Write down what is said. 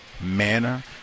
manner